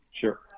Sure